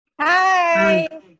Hi